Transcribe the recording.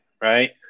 right